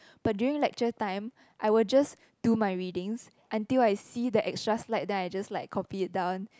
but during lecture time I will just do my readings until I see the extra slide and then I just like copy it down